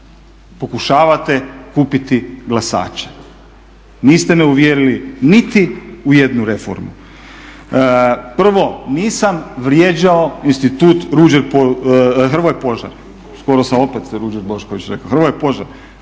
pokušavate kupiti glasače. Niste me uvjerili niti u jednu reformu. Prvo nisam vrijeđao Institut "Hrvoje Požar", skoro sam opet Ruđer Bošković rekao, Hrvoje Požar.